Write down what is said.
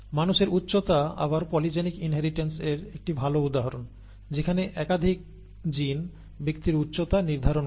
মানুষের উচ্চতা আবার পলিজেনিক ইনহেরিটেন্স এর একটি ভালো উদাহরণ যেখানে একাধিক জিন ব্যক্তির উচ্চতা নির্ধারণ করে